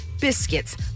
biscuits